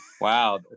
Wow